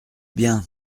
bien